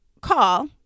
call